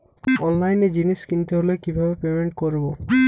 অনলাইনে জিনিস কিনতে হলে কিভাবে পেমেন্ট করবো?